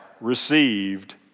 received